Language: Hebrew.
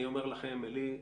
אני אומר לכם, עלי,